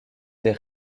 des